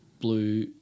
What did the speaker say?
blue